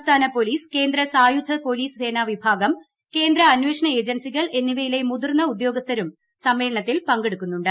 സംസ്ഥാന പോലീസ് കേന്ദ്ര സായുധ പോലീസ് സേനാ വിഭാഗം കേന്ദ്ര അന്വേഷണ ഏജൻസികൾ എന്നിവയിലെ മുതിർന്ന ഉദ്യോഗസ്ഥരും സമ്മേളനത്തിൽ പങ്കെടുക്കുന്നുണ്ട്